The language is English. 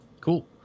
Cool